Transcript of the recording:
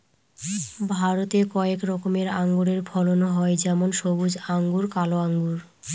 ভারতে কয়েক রকমের আঙুরের ফলন হয় যেমন সবুজ আঙ্গুর, কালো আঙ্গুর